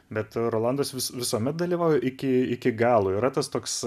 bet rolandas vi visuomet dalyvauja iki iki galo yra tas toks